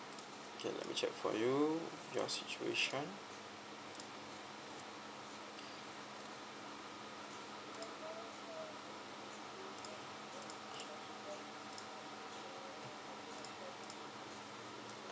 K let me check for you your situation